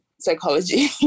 psychology